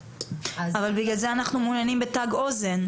--- אבל בגלל זה אנחנו מעוניינים בתג אוזן.